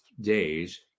days